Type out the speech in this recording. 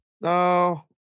No